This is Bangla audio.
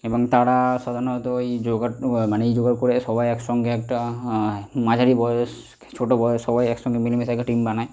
এবং তারা সাধারণত ওই জোগাড় মানে ইয়ে জোগাড় করে সবাই এক সঙ্গে একটা মাঝারি বয়স ছোটো বয়স সবাই একসঙ্গে মিলেমিশে একটা টিম বানায়